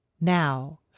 Now